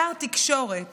שר תקשורת